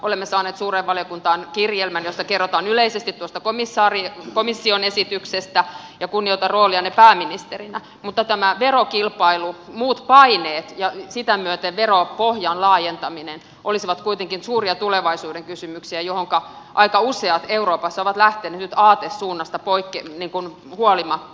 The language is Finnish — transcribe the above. olemme saaneet suureen valiokuntaan kirjelmän jossa kerrotaan yleisesti tuosta komission esityksestä ja kunnioitan roolianne pääministerinä mutta tämä verokilpailu muut paineet ja sitä myöten veropohjan laajentaminen olisivat kuitenkin suuria tulevaisuuden kysymyksiä joihinka aika useat euroopassa ovat lähteneet nyt aatesuunnasta huolimatta